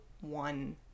one